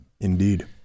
Indeed